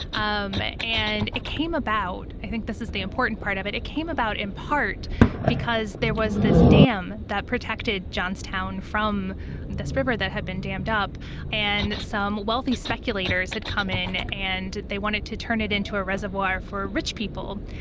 um and it came about i think this is the important part of it. it came about in part because there was this a dam that protected johnstown from this river that had been dammed up and some wealthy speculators had come in and they wanted to turn it into a reservoir for rich people.